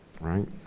right